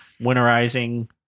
winterizing